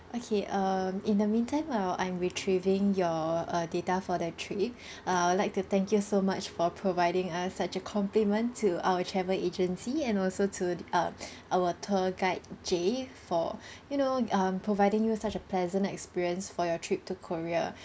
okay um in the meantime while I'm retrieving your uh data for the trip uh I'd like to thank you so much for providing us such a compliment to our travel agency and also to um our tour guide jay for you know um providing you such a pleasant experience for your trip to korea